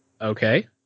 Okay